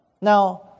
Now